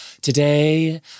Today